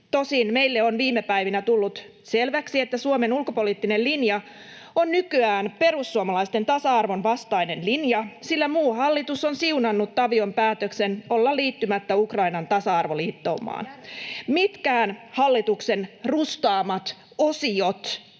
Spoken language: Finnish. Tosin meille on viime päivinä tullut selväksi, että Suomen ulkopoliittinen linja on nykyään perussuomalaisten tasa-arvon vastainen linja, sillä muu hallitus on siunannut Tavion päätöksen olla liittymättä Ukrainan tasa-arvoliittoumaan. [Vasemmalta: